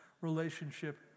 relationship